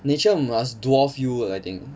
nature must dwarf you I think